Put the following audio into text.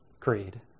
creed